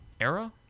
Era